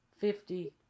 fifty